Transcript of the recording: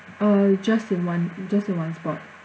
uh just in one just in one spot